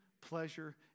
pleasure